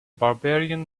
barbarian